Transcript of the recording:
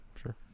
Sure